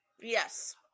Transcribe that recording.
Yes